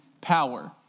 power